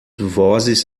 vozes